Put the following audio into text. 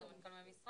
כולם בזום.